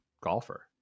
golfer